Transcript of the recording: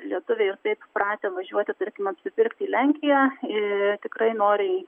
lietuviai ir taip pratę važiuoti tarkim apsipirkti į lenkiją ir tikrai noriai